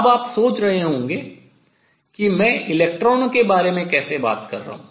अब आप सोच रहे होंगे कि मैं इलेक्ट्रॉनों के बारे में कैसे बात कर रहा हूँ